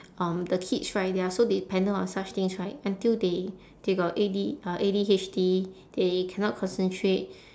um the kids right they are so dependent on such things right until they they got A_D uh A_D_H_D they cannot concentrate